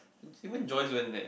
even Joyce went there